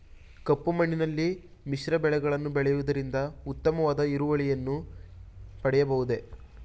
ಕಪ್ಪು ಮಣ್ಣಿನಲ್ಲಿ ಮಿಶ್ರ ಬೆಳೆಗಳನ್ನು ಬೆಳೆಯುವುದರಿಂದ ಉತ್ತಮವಾದ ಇಳುವರಿಯನ್ನು ಪಡೆಯಬಹುದೇ?